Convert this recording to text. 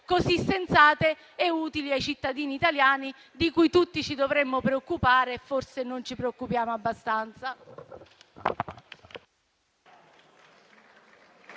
così sensate e utili ai cittadini italiani, di cui tutti ci dovremmo preoccupare, ma di cui forse non ci preoccupiamo abbastanza.